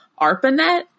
ARPANET